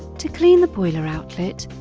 to clean the boiler outlet,